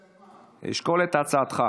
לא יודע על מה, אשקול את הצעתך.